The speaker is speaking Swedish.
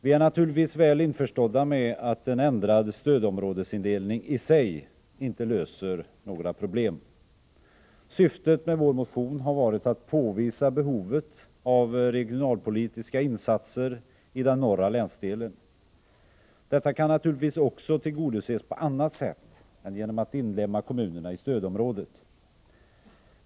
Vi är naturligtvis helt på det klara med att en ändrad stödområdesindelning i sig inte löser några problem. Syftet med vår motion har varit att påvisa behovet av regionalpolitiska insatser i den norra länsdelen. Detta kan naturligtvis också tillgodoses på annat sätt än genom att inlemma kommunerna i stödområdet.